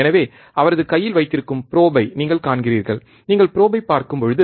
எனவே அவரது கையில் வைத்திருக்கும் ப்ரோபை நீங்கள் காண்கிறீர்கள் நீங்கள் ப்ரோபை பார்க்கும்போது